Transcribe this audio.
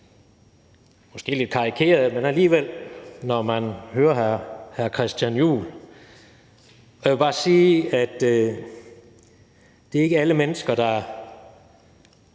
måske lidt karikeret, men alligevel, når man hører hr. Christian Juhl. Jeg vil bare sige, at det ikke er alle mennesker, der